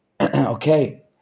okay